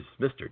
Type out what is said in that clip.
Mr